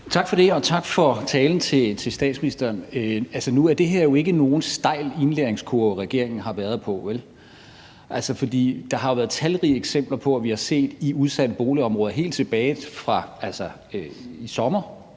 Tak for det, og tak for talen til statsministeren. Nu er det her ikke nogen stejl indlæringskurve for regeringen, for der har jo været talrige eksempler på det i de udsatte boligområder. Helt tilbage i sensommeren